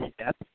step